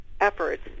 efforts